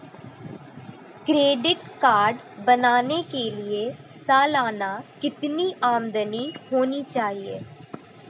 Credit card बनाने के लिए सालाना कितनी आमदनी होनी चाहिए?